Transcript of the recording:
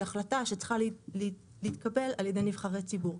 החלטה שצריכה להתקבל על ידי נבחרי ציבור.